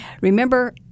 remember